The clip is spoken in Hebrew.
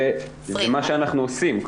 זה מה שאנחנו עושים.